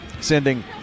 sending